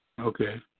Okay